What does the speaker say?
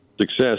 success